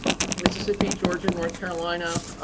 mississippi, georgia, north carolina,